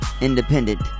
Independent